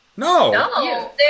No